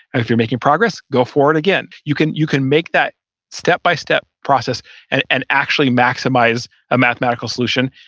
and if you're making progress, go forward forward again. you can you can make that step by step process and and actually maximize a mathematical solution.